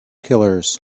killers